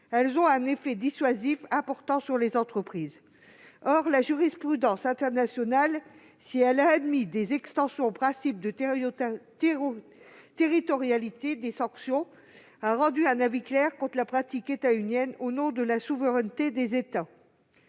elles ont un effet dissuasif important sur les entreprises. Or la jurisprudence internationale, si elle a admis des extensions au principe de territorialité des sanctions, a rendu un avis clair contre la pratique américaine, au nom de la souveraineté des États.